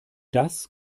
das